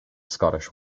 scottish